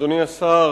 אדוני השר,